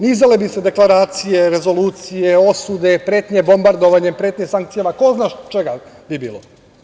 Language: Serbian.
Nizale bi se deklaracije, rezolucije, osude, pretnje bombardovanjem, pretnje sankcijama, ko zna čega je bilo.